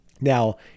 Now